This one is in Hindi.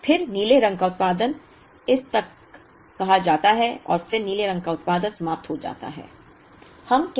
और फिर नीले रंग का उत्पादन इस तक कहा जाता है और फिर नीले रंग का उत्पादन समाप्त हो जाता है